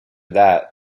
that